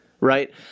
right